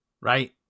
right